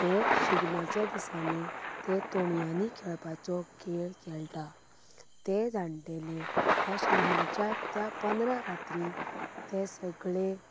हें शिगम्याच्या दिसांनी तें तोणयांनी खेळपाचो खेळ खेळटात तें जाणटेले त्या शिगम्याच्या त्या पंदरां रात्री ते सगळे